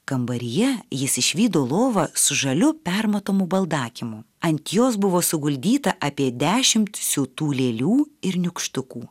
kambaryje jis išvydo lovą su žaliu permatomu baldakimu ant jos buvo suguldyta apie dešimt siūtų lėlių ir nykštukų